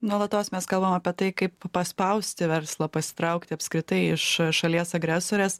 nuolatos mes kalbam apie tai kaip paspausti verslą pasitraukti apskritai iš šalies agresorės